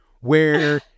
where-